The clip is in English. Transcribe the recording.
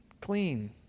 clean